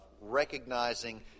recognizing